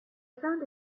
found